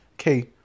Okay